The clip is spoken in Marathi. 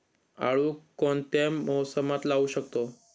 आळू कोणत्या मोसमात लावू शकतो?